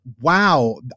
wow